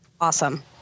Awesome